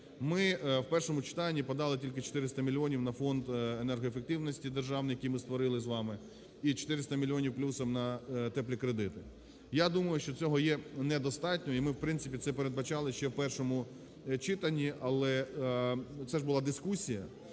ми в першому читанні подали тільки 400 мільйонів на Фонд енергоефективності державний, який ми створили з вами, і 400 мільйонів плюсом на теплі кредити. Я думаю, що цього є недостатньо і ми, в принципі, це передбачали ще в першому читанні, але це ж була дискусія.